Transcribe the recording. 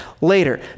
later